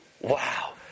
Wow